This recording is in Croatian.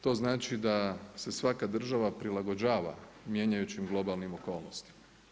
To znači da se svaka država prilagođava mijenjajućim globalnim okolnostima.